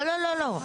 לא, לא, לא.